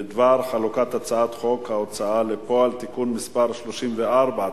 בדבר חלוקת הצעת חוק ההוצאה לפועל (תיקון מס' 34),